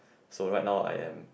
so right now I am